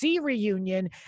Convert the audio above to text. reunion